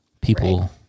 People